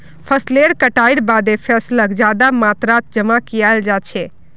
फसलेर कटाईर बादे फैसलक ज्यादा मात्रात जमा कियाल जा छे